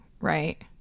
right